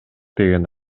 деген